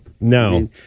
no